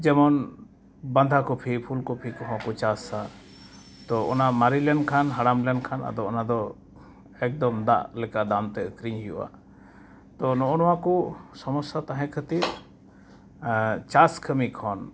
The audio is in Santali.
ᱡᱮᱢᱚᱱ ᱵᱟᱫᱷᱟ ᱠᱚᱯᱤ ᱯᱷᱩᱞ ᱠᱚᱯᱤ ᱠᱚᱦᱚᱸ ᱠᱚ ᱪᱟᱥᱟ ᱛᱚ ᱚᱱᱟ ᱢᱟᱨᱮᱞᱮᱱ ᱠᱷᱟᱱ ᱦᱟᱲᱟᱢ ᱞᱮᱱ ᱠᱷᱟᱱ ᱟᱫᱚ ᱚᱱᱟᱫᱚ ᱮᱠᱫᱚᱢ ᱫᱟᱜ ᱞᱮᱠᱟ ᱫᱟᱢᱛᱮ ᱟᱹᱠᱷᱨᱤᱧ ᱦᱩᱭᱩᱜᱼᱟ ᱛᱚ ᱱᱚᱜᱼᱚᱸᱭ ᱱᱚᱣᱟᱠᱚ ᱥᱚᱢᱚᱥᱥᱟ ᱛᱟᱦᱮᱸ ᱠᱷᱟᱹᱛᱤᱨ ᱪᱟᱥ ᱠᱟᱹᱢᱤ ᱠᱷᱚᱱ